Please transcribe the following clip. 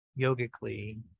yogically